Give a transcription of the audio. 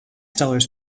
dollars